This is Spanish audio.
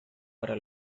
para